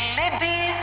lady